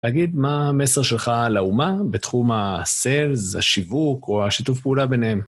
תגיד מה המסר שלך לאומה בתחום ה-Sales, השיווק או השיתוף פעולה ביניהם.